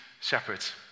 shepherds